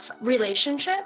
relationship